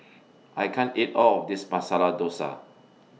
I can't eat All of This Masala Dosa